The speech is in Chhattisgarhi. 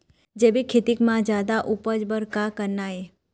जैविक खेती म जादा उपज बर का करना ये?